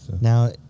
Now